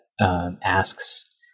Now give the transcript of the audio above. Asks